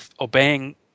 obeying